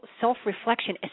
self-reflection